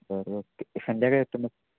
बरं ओके संध्याकाळी येतो मग